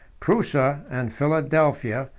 prusa and philadelphia,